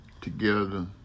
together